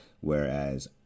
whereas